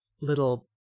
little